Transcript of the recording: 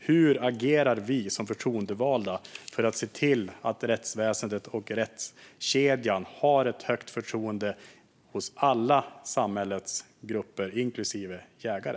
Hur agerar vi som förtroendevalda för att se till att rättsväsendet och rättskedjan har ett högt förtroende hos alla samhällets grupper, inklusive jägare?